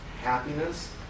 happiness